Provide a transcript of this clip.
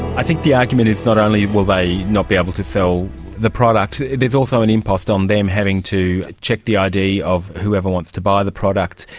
i think the argument is not only will they not be able to sell the product, there's also an impost on them having to check the id of whoever wants to buy the product.